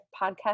podcast